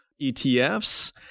ETFs